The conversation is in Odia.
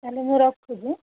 ତା'ହେଲେ ମୁଁ ରଖୁଛି